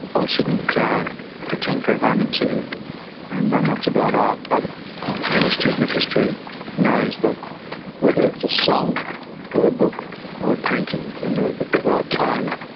i shouldn't pretend for a moment to know much about art, but any student of history knows that whether it's a song or a book or a painting, you know at the right time,